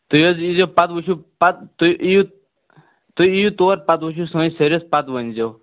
تُہۍ حظ یٖیزیٚو پَتہٕ وُچھِو پتہٕ تُہۍ یِیِو تُہۍ یِیِو تور پَتہٕ وُچھِو سٲنۍ سٔروِس پَتہٕ ؤنۍزیٚو